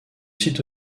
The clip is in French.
site